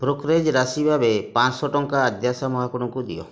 brokerage ରାଶି ଭାବେ ପାଞ୍ଚଶହ ଟଙ୍କା ଆଦ୍ୟାଶା ମହାକୁଡ଼ଙ୍କୁ ଦିଅ